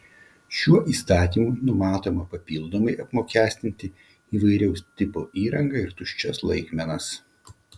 šiuo įstatymu numatoma papildomai apmokestinti įvairaus tipo įrangą ir tuščias laikmenas